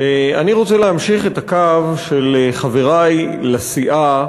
אני רוצה להמשיך את הקו של חברי לסיעה,